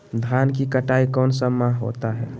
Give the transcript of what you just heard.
धान की कटाई कौन सा माह होता है?